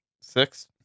Six